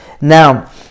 Now